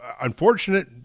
unfortunate